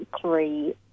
three